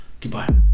goodbye